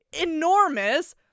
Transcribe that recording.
enormous